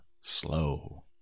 slow